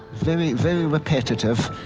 very very repetitive,